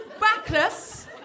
backless